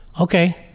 okay